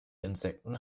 insekten